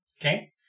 Okay